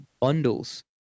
bundles